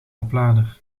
oplader